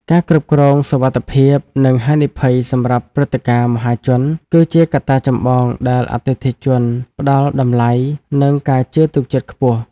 ការគ្រប់គ្រងសុវត្ថិភាព និងហានិភ័យសម្រាប់ព្រឹត្តិការណ៍មហាជន គឺជាកត្តាចម្បងដែលអតិថិជនផ្តល់តម្លៃ និងការជឿទុកចិត្តខ្ពស់។